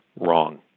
wrong